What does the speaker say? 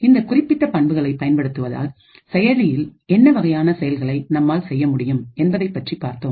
இந்த குறிப்பிட்ட பண்புகளை பயன்படுத்துவதால்செயலியில் என்ன வகையான செயல்களை நம்மால் செய்ய முடியும் என்பதைப்பற்றி பார்த்தோம்